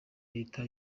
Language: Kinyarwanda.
leta